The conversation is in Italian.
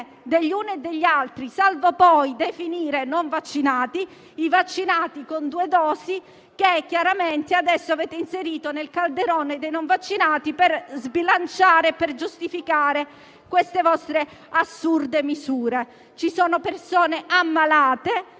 degli uni e degli altri, salvo poi definire non vaccinati i vaccinati con due dosi: chiaramente adesso li avete inseriti nel calderone dei non vaccinati per sbilanciare e giustificare le vostre assurde misure. Ci sono persone ammalate